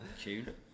tune